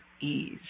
ease